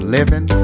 Living